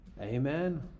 Amen